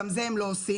גם את זה הם לא עושים,